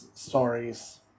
stories